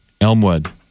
Elmwood